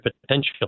potential